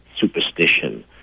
superstition